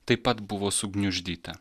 taip pat buvo sugniuždyta